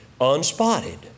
unspotted